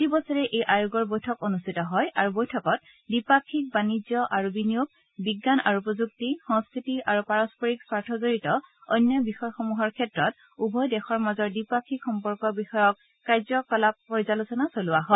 প্ৰতি বছৰে এই আয়োগৰ বৈঠক অনুষ্ঠিত হয় আৰু বৈঠকত দ্বিপাক্ষিক বাণিজ্য আৰু বিনিয়োগ বিজ্ঞান আৰু প্ৰযুক্তি সংস্থাতি আৰু পাৰস্পৰিক স্বাৰ্থজড়িত অন্য বিষয়সমূহৰ ক্ষেত্ৰত উভয় দেশৰ মাজৰ দ্বিপাক্ষিক সম্পৰ্ক বিষয়ক কাৰ্যকলাপৰ পৰ্যালোচনা চলোৱা হয়